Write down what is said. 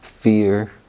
fear